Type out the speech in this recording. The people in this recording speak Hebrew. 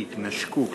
שיתנשקו קצת.